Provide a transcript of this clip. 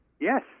Yes